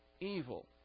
evil